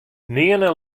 nearne